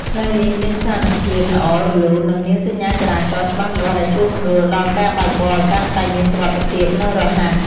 ផ្លូវនេះមានស្ថានភាពល្អ រលូន និងមានសញ្ញាចរាចរណ៍ច្បាស់លាស់ដែលជួយសម្រួលដល់ការបើកបរឲ្យកាន់តែមានសុវត្ថិភាពនិងរហ័ស។